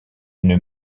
une